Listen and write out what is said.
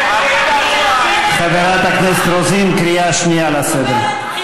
היא אומרת: בחירות עכשיו.